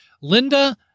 Linda